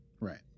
Right